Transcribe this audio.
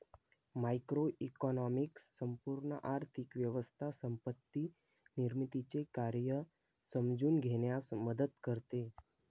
macroeconomics संपूर्ण आर्थिक व्यवस्था संपत्ती निर्मितीचे कार्य समजून घेण्यास मदत करते